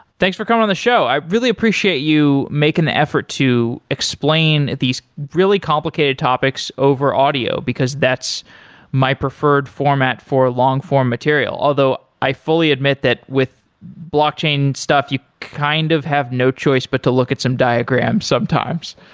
thanks for coming on the show. i really appreciate you making the effort to explain these really complicated topics over audio, because that's my preferred format for long form material. although i fully admit that with blockchain stuff, you kind of have no choice but to look at some diagrams sometimes.